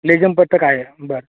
लेझीम पथक आहे बर